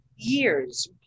years